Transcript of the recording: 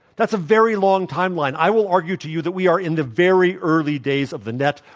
that's a very long timeline. i will argue to you that we are in the very early days of the net.